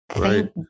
Right